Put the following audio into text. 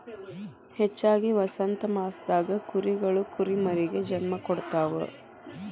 ಹೆಚ್ಚಾಗಿ ವಸಂತಮಾಸದಾಗ ಕುರಿಗಳು ಕುರಿಮರಿಗೆ ಜನ್ಮ ಕೊಡ್ತಾವ